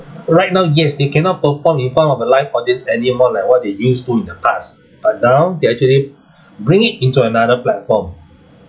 right now yes they cannot perform in front of a live audience anymore more like what they used to in the past but now they actually bring it into another platform